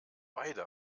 beide